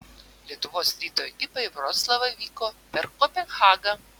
lietuvos ryto ekipa į vroclavą vyko per kopenhagą